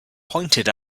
pointed